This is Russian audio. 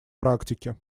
практики